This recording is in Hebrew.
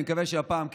אני מקווה שהפעם כן.